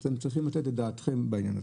אתם צריכים לתת את דעתכם גם על זה.